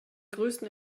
größten